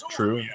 True